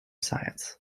science